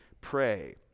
pray